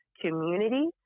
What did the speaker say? community